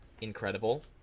incredible